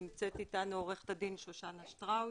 נמצאת איתנו עו"ד שושנה שטראוס,